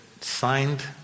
signed